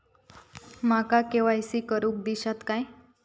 माका के.वाय.सी करून दिश्यात काय?